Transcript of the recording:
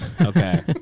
Okay